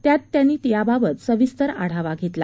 त्यात त्यांनी याबाबत सविस्तर आढावा घेतला